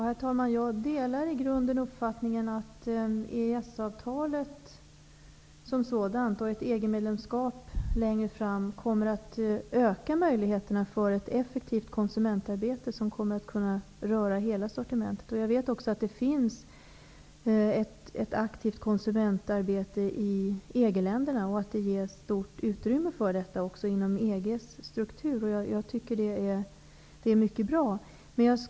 Herr talman! Jag delar i grunden uppfattningen att EES-avtalet som sådant, och ett EG-medlemskap längre fram, kommer att öka möjligheterna till ett effektivt konsumentarbete som kommer att kunna röra hela sortimentet. Jag vet också att det finns ett aktivt konsumentarbete i EG-länderna, och att det ges stort utrymme för detta även inom EG:s struktur. Det är mycket bra, tycker jag.